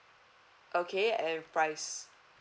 okay and fries